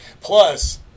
Plus